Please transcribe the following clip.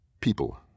people